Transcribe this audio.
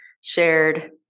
shared